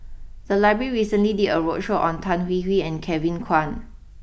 the library recently did a roadshow on Tan Hwee Hwee and Kevin Kwan